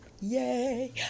Yay